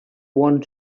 want